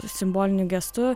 simboliniu gestu